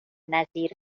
نظیر